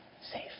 safe